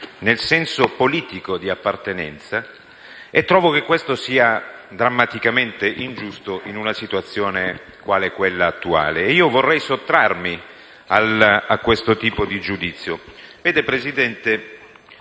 nel senso politico di appartenenza e trovo che questo sia drammaticamente ingiusto in una situazione quale quella attuale ed io vorrei sottrarmi a questo tipo di giudizio. Vede, signor Presidente,